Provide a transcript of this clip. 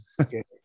Okay